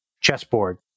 chessboard